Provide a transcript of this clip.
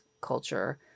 culture